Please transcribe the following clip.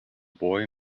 boy